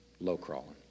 low-crawling